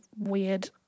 Weird